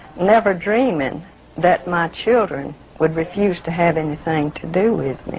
never dreaming that my children would refuse to have anything to do with me.